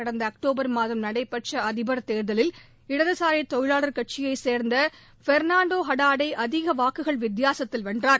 கடந்த அக்டோபர் மாதம் நடைபெற்ற அதிபர் தேர்தலில் இடதுசாரி தொழிலாளர் கட்சியைச் சேர்ந்த பொ்னாண்டோ ஹடாடை அதிக வாக்குகள் வித்தியாசத்தில் வென்றார்